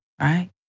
right